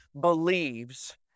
believes